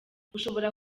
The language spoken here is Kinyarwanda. ushobora